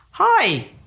Hi